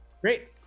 Great